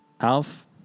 Alf